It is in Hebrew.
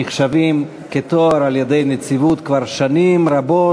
נחשבים כתואר על-ידי הנציבות כבר שנים רבות.